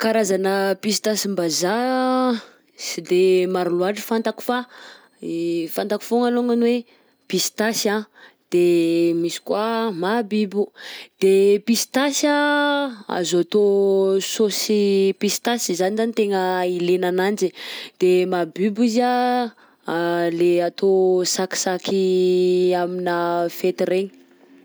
Karazana pistasim-bazaha, sy de maro loatra fantako fa i- fantako foagna alongany hoe pistasy anh de misy koa mahabibo. _x000D_ De pistasy anh azo atao saosy pistasy, izany zany tegna ilaina ananjy, de mahabibo izy anh lay atao sakisaky aminà fety regny.